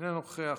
אינו נוכח,